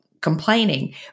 complaining